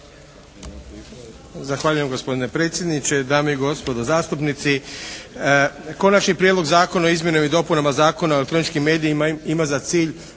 Zahvaljujem gospodine predsjedniče, dame i gospodo zastupnici. Konačni prijedlog Zakona o izmjenama i dopunama Zakona o elektroničkim medijima ima za cilj